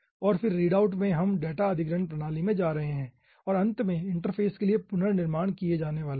और फिर रीडआउट से हम डेटा अधिग्रहण प्रणाली में जा रहे हैं और अंत में इंटरफ़ेस के लिए पुनर्निर्माण किया जाने वाला है